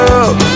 up